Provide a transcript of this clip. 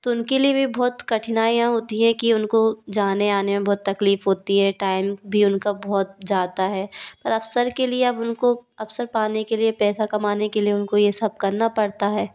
तो उनके लिए भी बहुत कठिनाइयाँ होती है कि उनको जाने आने में बहुत तकलीफ होती है टाइम भी उनका बहुत जाता है अवसर के लिए अब उनको अवसर पाने के लिए पैसा कमाने के लिए उनको ये सब करना पड़ता है